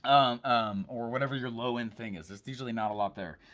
um um or whatever your low end thing is, there's usually not a lot there,